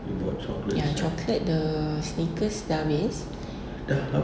ya chocolate the snickers dah habis